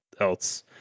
else